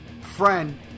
friend